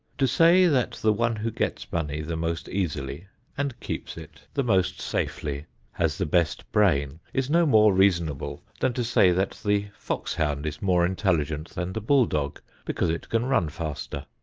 to say that the one who gets money the most easily and keeps it the most safely has the best brain is no more reasonable than to say that the foxhound is more intelligent than the bull-dog because it can run faster.